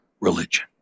religion